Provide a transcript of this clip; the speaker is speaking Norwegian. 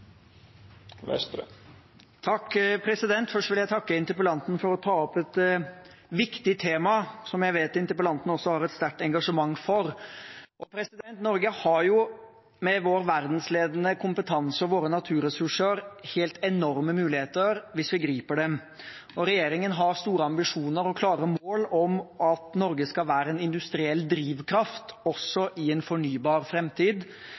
Først vil jeg takke interpellanten for å ta opp et viktig tema, som jeg vet at interpellanten også har et sterkt engasjement for. Norge har, med vår verdensledende kompetanse og våre naturressurser, helt enorme muligheter hvis vi griper dem. Regjeringen har store ambisjoner og klare mål om at Norge skal være en industriell drivkraft